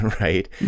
right